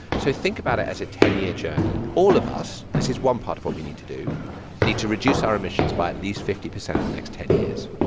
so think about it as a ten year journey. all of us this is one part of what we need to do need to reduce our emissions by at least fifty percent the next ten years.